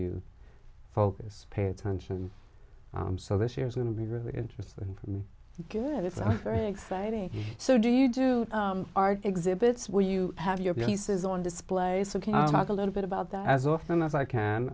you focus pay attention so this year is going to be really interesting for me good it's very exciting so do you do art exhibits where you have your pieces on display some talk a little bit about that as often as i can